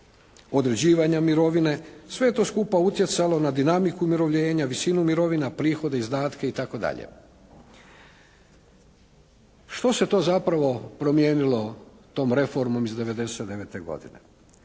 određivanja mirovine. Sve je to skupa utjecalo na dinamiku umirovljena, visinu mirovina, prihode, izdatke itd. Što se to zapravo promijenilo tom reformom iz '99. godine?